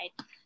right